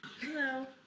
Hello